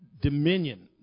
Dominion